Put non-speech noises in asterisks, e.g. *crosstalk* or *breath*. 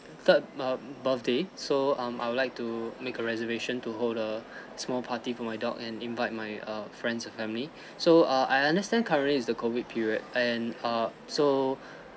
third um birthday so um I would like to make a reservation to hold a small party for my dog and invite my err friends and family *breath* so err I understand currently is the COVID period and err so